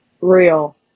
real